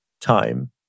time